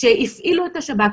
כשהפעילו את השב"כ,